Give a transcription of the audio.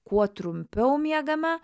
kuo trumpiau miegame